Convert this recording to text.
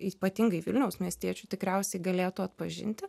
ypatingai vilniaus miestiečių tikriausiai galėtų atpažinti